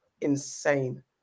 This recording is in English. insane